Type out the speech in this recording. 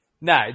No